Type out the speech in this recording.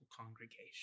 congregation